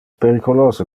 periculose